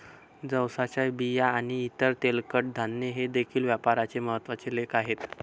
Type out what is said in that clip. जवसाच्या बिया आणि इतर तेलकट धान्ये हे देखील व्यापाराचे महत्त्वाचे लेख आहेत